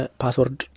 password